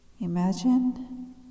Imagine